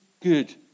good